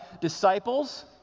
disciples